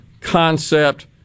concept